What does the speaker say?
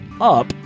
up